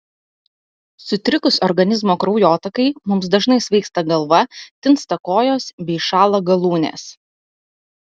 sutrikus organizmo kraujotakai mums dažnai svaigsta galva tinsta kojos bei šąla galūnės